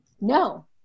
no